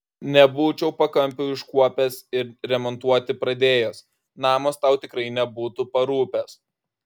nebūčiau pakampių iškuopęs ir remontuoti pradėjęs namas tau tikrai nebūtų parūpęs